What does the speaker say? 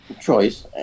choice